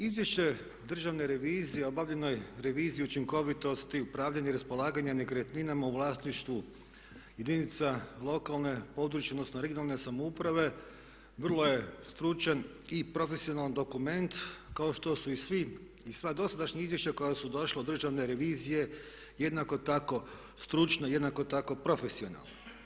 Izvješće Državne revizije o obavljenoj reviziji učinkovitosti, upravljanja i raspolaganje nekretninama u vlasništvu jedinica lokalne, područne odnosno regionalne samouprave vrlo je stručan i profesionalan dokument kao što su i svi i sva dosadašnja izvješća koja su došla od državne revizije jednako tako stručno, jednako tako profesionalno.